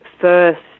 first